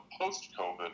post-COVID